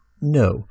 no